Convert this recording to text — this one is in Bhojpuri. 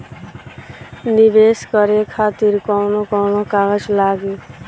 नीवेश करे खातिर कवन कवन कागज लागि?